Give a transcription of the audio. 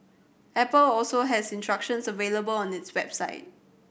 apple also has instructions available on its website